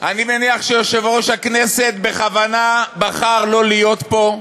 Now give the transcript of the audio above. אני מניח שיושב-ראש הכנסת בכוונה בחר שלא להיות פה,